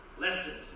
Lessons